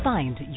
Find